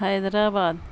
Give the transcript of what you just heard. Hyderabad